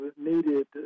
needed